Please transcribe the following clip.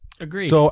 Agreed